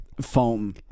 Foam